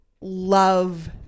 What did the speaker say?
love